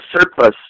surplus